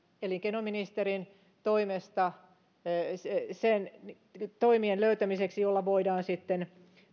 elinkeinoministerin toimesta niiden toimien löytämiseksi joilla voidaan sitten